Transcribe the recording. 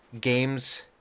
games